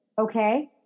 okay